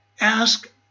ask